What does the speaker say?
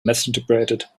misinterpreted